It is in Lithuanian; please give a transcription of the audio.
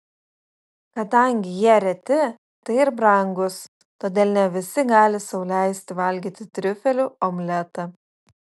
kadangi jie reti tai ir brangūs todėl ne visi gali sau leisti valgyti triufelių omletą